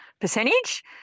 percentage